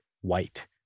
white